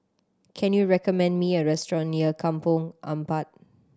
can you recommend me a restaurant near Kampong Ampat